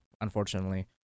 unfortunately